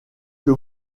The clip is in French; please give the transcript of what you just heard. que